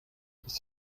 dass